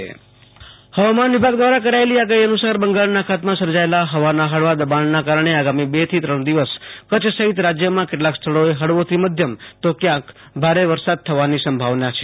આશુતોષ અંતાણી વરસાદઃ આગાહીઃ હવામાન વીભાગ દ્વારા કરાયેલી આગાહી અનુસાર બંગાળના અખાતમાં સર્જાયેલાં હવાના હળવા દબાણના કારણે આગામી બે ત્રણ દિવસ કચ્છ સહિત રાજ્યમાં કેટલાક સ્થળોએ ફળવાથી મધ્યમ તો ક્યાંક ભારે વરસાદ થવાની સંભાવના છે